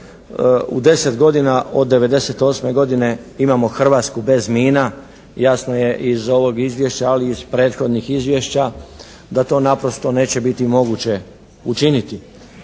u 10 godina od 98. godine imamo Hrvatsku bez mina, jasno je iz ovog izvješća ali i iz prethodnih izvješća, da to naprosto neće biti moguće učiniti.